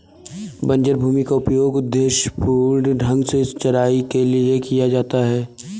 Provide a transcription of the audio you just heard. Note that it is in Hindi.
बंजर भूमि का उपयोग उद्देश्यपूर्ण ढंग से चराई के लिए किया जा सकता है